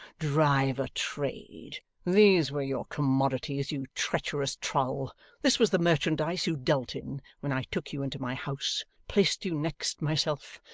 drive a trade. these were your commodities, you treacherous trull this was the merchandise you dealt in, when i took you into my house, placed you next myself,